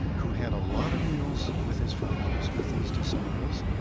who had a lot of meals with his followers, with these disciples,